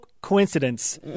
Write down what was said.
coincidence